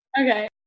Okay